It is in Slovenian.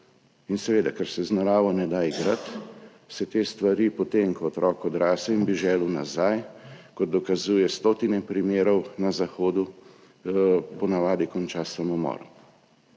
In seveda, ker se z naravo ne da igrati, se te stvari potem, ko otrok odraste in bi želel nazaj, kot to dokazuje na stotine primerov na zahodu, po navadi končajo s samomorom,